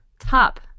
top